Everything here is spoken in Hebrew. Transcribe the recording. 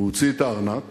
הוא הוציא את הארנק